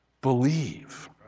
Believe